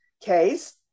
case